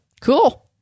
Cool